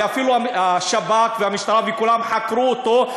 ואפילו השב"כ והמשטרה וכולם חקרו אותו,